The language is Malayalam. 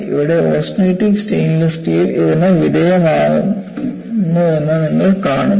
ഇവിടെ ഓസ്റ്റെനിറ്റിക് സ്റ്റെയിൻലെസ് സ്റ്റീൽ ഇതിന് വിധേയമാകുമെന്ന് നിങ്ങൾ കാണുന്നു